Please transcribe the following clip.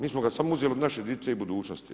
Mi smo ga samo uzeli od naše djece i budućnosti.